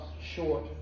short